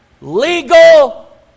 legal